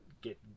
get